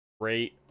great